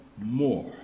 more